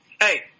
Hey